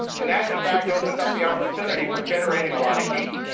and that in fact opens up the opportunity for generating a lot of heat,